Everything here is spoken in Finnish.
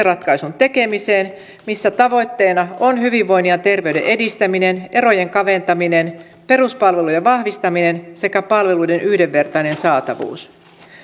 ratkaisun tekemiseen missä tavoitteena on hyvinvoinnin ja terveyden edistäminen erojen kaventaminen peruspalvelujen vahvistaminen sekä palveluiden yhdenvertainen saatavuus